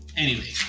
anyway.